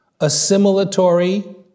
assimilatory